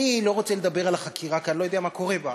אני לא רוצה לדבר על החקירה כי אני לא יודע מה קורה בה.